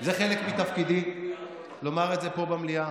זה חלק מתפקידי לומר את זה פה במליאה.